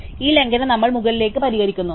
അതിനാൽ ഈ ലംഘനം നമ്മൾ മുകളിലേക്ക് പരിഹരിക്കുന്നു